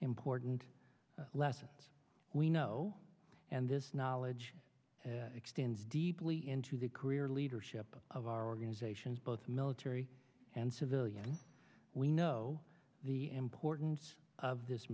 important lessons we know and this knowledge extends deeply into the career leadership of our organizations both military and civilian we know the importance of this